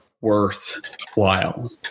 worthwhile